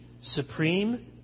supreme